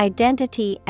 Identity